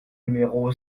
numéro